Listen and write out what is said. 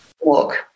walk